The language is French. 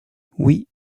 oui